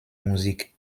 musik